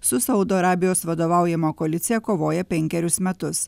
su saudo arabijos vadovaujama koalicija kovoja penkerius metus